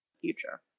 future